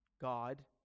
God